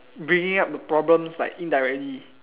bringing up the problems like indirectly